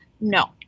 No